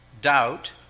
Doubt